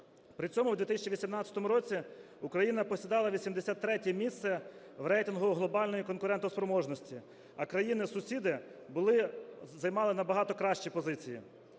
При цьому, в 2018 році Україна посідала 83 місце в рейтингу глобальної конкурентоспроможності. А країни-сусіди були, займали набагато кращі позиції.